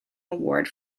award